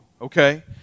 okay